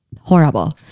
horrible